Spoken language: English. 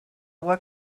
what